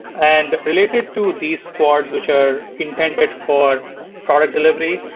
and related to these squads which are intended for product delivery,